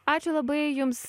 ačiū labai jums